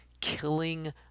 killing